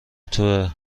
تویه